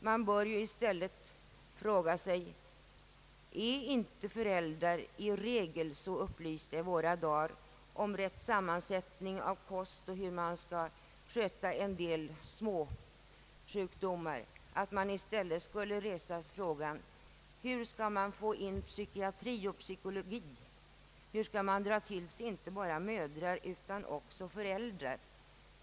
Man bör i stället fråga sig om inte föräldrar i våra dagar i regel är så upplysta om den rätta sammansättningen av barnens kost och hur man skall sköta en del småbarnsjukdomar att man i gengäld bör ta upp frågor om psykiatri och psykologi. Hur skall man få kontakt med inte bara mödrar utan båda föräldrarna?